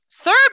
Third